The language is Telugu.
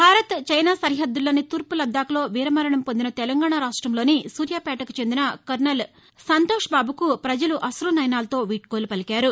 భారత్ చైనా సరిహద్దుల్లోని తూర్పు లద్దాఖ్లో వీరమరణం పొందిన తెలంగాణ రాష్టంలోని సూర్యాపేటకు చెందిన కల్నల్ సంతోష్బాబుకు ప్రజలు అుకుసయనాలతో వీడ్కోలు పలికారు